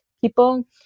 people